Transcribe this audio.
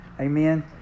Amen